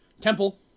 temple